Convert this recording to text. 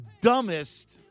dumbest